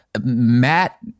Matt